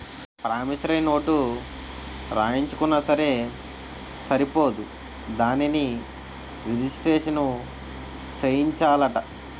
promissory note రాయించుకున్నా సరే సరిపోదు దానిని రిజిస్ట్రేషను సేయించాలట